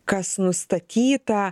kas nustatyta